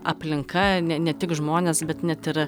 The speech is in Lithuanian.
aplinka ne ne tik žmonės bet net ir